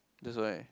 that's right